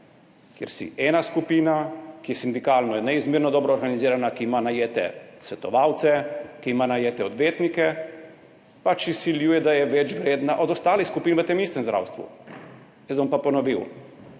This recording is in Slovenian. kjer ena skupina, ki je sindikalno neizmerno dobro organizirana, ki ima najete svetovalce, ki ima najete odvetnike, pač izsiljuje, da je večvredna od ostalih skupin v tem istem zdravstvu. Jaz bom pa ponovil,